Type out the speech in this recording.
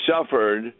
suffered